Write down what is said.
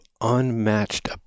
unmatched